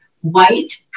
white